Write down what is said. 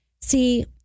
See